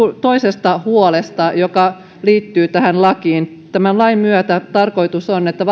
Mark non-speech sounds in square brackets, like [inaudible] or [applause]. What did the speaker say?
toisesta huolesta joka liittyy tähän lakiin tämän lain myötä tarkoitus on että [unintelligible]